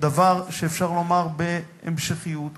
דבר שאפשר לומר בהמשכיות.